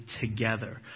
together